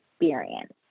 experience